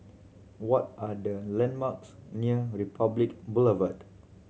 what are the landmarks near Republic Boulevard